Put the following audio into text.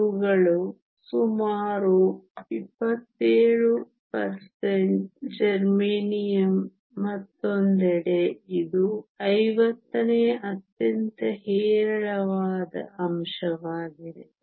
ಇವುಗಳು ಸುಮಾರು 27 ಜರ್ಮೇನಿಯಮ್ ಮತ್ತೊಂದೆಡೆ ಇದು ಐವತ್ತನೇ ಅತ್ಯಂತ ಹೇರಳವಾದ ಅಂಶವಾಗಿದೆ